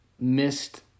Missed